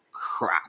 crap